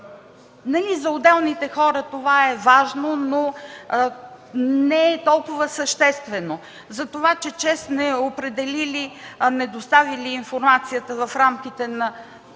за отделните хора това е важно, но не е толкова съществено. Затова че ЧЕЗ не определили, не доставили информацията в рамките на